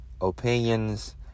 opinions